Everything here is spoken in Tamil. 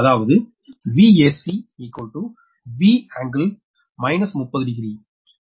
அதாவது Vac 𝑉∟−300 டிகிரி சரியா